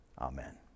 Amen